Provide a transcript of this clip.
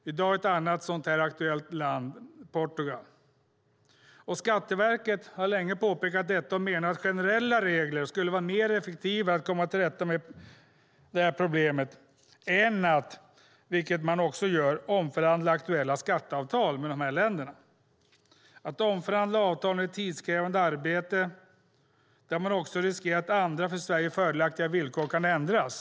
Portugal är ett land som är aktuellt i dag. Skatteverket har länge påpekat detta och menar att generella regler skulle vara ett effektivare sätt att komma till rätta med problemet än att, vilket man också gör, omförhandla aktuella skatteavtal med dessa länder. Att omförhandla avtalen är ett tidskrävande arbete där man riskerar att andra för Sverige fördelaktiga villkor kan ändras.